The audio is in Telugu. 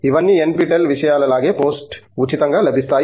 ఇవన్నీ NPTEL విషయాల లాగా పోస్ట్ ఉచితంగా లభిస్తాయి